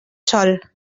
sol